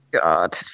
God